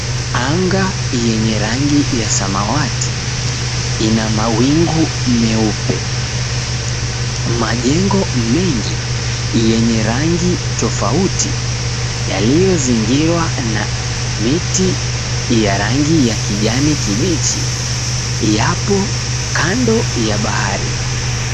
Anga yenye rangi ya samawati ina mawingu meupe. Majengo mengi yenye rangi tofauti, yaliyozingirwa na miti ya rangi ya kijani kibichi, yapo kando ya bahari.